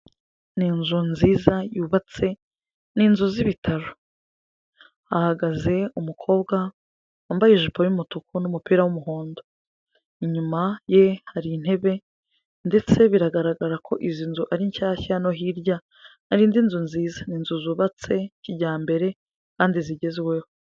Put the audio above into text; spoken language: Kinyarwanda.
Ni inzu nziza yubatse, ni inzu z'ibitaro, hahagaze umukobwa wambaye ijipo y'umutuku n'umupira w'umuhondo, inyuma ye hari intebe ndetse biragaragara ko izi nzu ari nshyashya, no hirya ari indi nzu nziza, ni inzu zubatse kijyambere kandi zigezweho.